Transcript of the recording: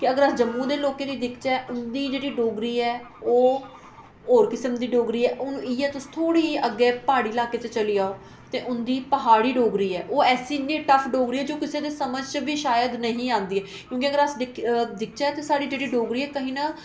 अगर अस जम्मू दे लोकें गी दिखचे उं'दी जेह्ड़ी डोगरी ऐ ओह् होर किसम दी डोगरी ऐ हून इयै तुस थोह्ड़ी अग्गें प्हाड़ी अलाके च चली जाओ ते उंदी प्हाड़ी डोगरी ऐ ओह् ऐ एसी इन्नी टफ डोगरी ऐ ओह् किसे दे समझ च बी शायद नहीं आंदी ऐ क्योंकि अगर दिक्खचै तां साढ़ी जेह्ड़ी डोगरी कहीं ना